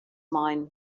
mine